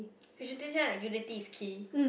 we should teach them like unity is key